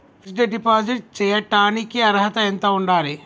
Fix డ్ deposit చేయటానికి అర్హత ఎంత ఉండాలి?